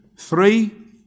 Three